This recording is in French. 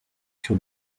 sur